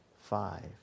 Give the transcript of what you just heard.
Five